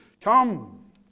Come